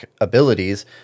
abilities